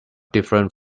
different